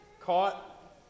caught